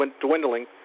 dwindling